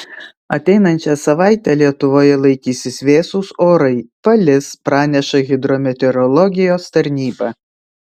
ateinančią savaitę lietuvoje laikysis vėsūs orai palis praneša hidrometeorologijos tarnyba